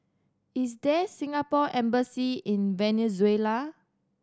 is there Singapore Embassy in Venezuela